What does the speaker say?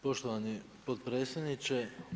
Poštovani potpredsjedniče.